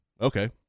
Okay